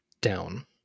down